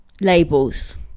Labels